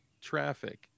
traffic